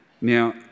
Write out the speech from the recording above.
Now